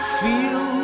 feel